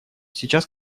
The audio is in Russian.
сейчас